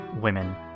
women